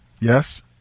Yes